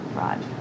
right